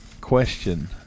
Question